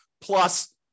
plus